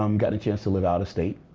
um got a chance to live out of state.